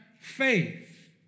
faith